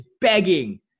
begging